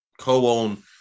co-own